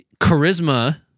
charisma